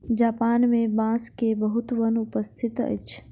Japan मे बांस के बहुत वन उपस्थित अछि